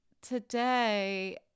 today